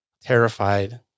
terrified